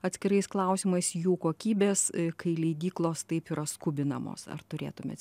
atskirais klausimais jų kokybės kai leidyklos taip yra skubinamos ar turėtumėt